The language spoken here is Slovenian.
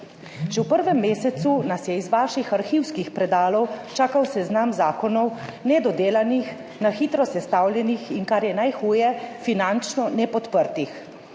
Že v prvem mesecu nas je iz vaših arhivskih predalov čakal seznam zakonov, nedodelanih, na hitro sestavljenih, in kar je najhuje, finančno nepodprtih.